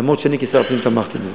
אף-על-פי שאני כשר הפנים תמכתי בזה.